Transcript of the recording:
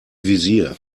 visier